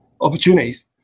opportunities